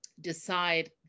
decide